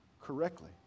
correctly